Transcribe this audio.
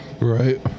Right